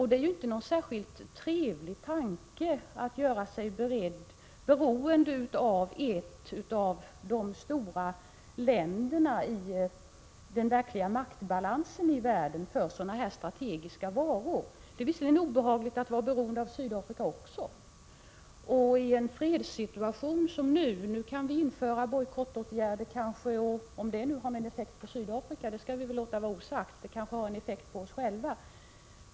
Det är ju inte någon särskilt trevlig tanke att vi skulle behöva göra oss beroende av ett av de stora länderna i den verkliga maktbalansen i världen när det gäller dessa strategiska varor. Det är visserligen också obehagligt att vara beroende av Sydafrika. I en fredssituation, som nu, kan vi kanske vidta bojkottåtgärder. Men om sådana har någon effekt på Sydafrika kan vi låta vara osagt. De kanske har en effekt på oss själva.